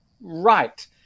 right